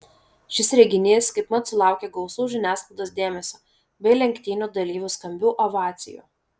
šis reginys kaipmat sulaukė gausaus žiniasklaidos dėmesio bei lenktynių dalyvių skambių ovacijų